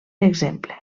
exemple